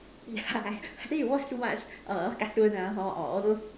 yeah I I think you watch too much err cartoon lah or all those